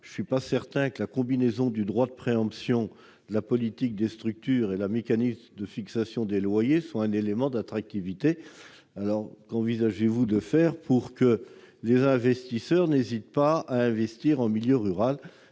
je ne suis pas certain que la combinaison du droit de préemption, de la politique des structures et des mécanismes de fixation des loyers soit un véritable élément d'attractivité. Qu'envisagez-vous de faire pour que les investisseurs n'hésitent pas à investir en milieu rural ?